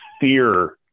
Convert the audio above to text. fear